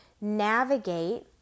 navigate